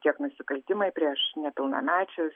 tiek nusikaltimai prieš nepilnamečius